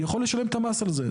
יכול לשלם את המס על זה.